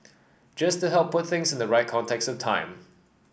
just to help put things in the right context time